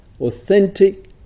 authentic